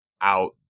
out